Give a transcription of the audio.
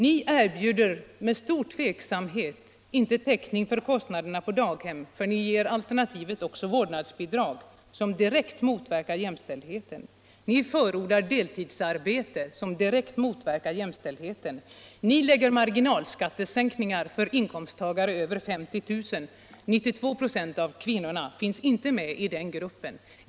Det är i hög grad tvivelaktigt om ni erbjuder täckning för kostnaderna på daghem; ni har också alternativet vårdnadsbidrag, som direkt motverkar jämställdheten. Ni förordar deltidsarbete, som också direkt motverkar jämställdheten. Ni föreslår marginalskattesänkningar för inkomster över 50 000 kr. — 92 2 av kvinnorna finns inte med i den inkomsttagargruppen.